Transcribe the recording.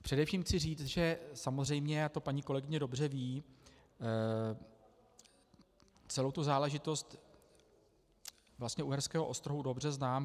Především chci říct, že samozřejmě, a to paní kolegyně dobře ví, celou tu záležitost Uherského Ostrohu dobře znám.